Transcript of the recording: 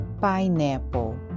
pineapple